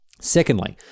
Secondly